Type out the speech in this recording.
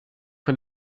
von